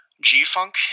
G-Funk